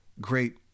great